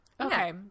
Okay